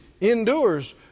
endures